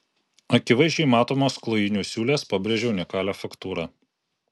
akivaizdžiai matomos klojinių siūlės pabrėžia unikalią faktūrą